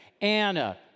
Anna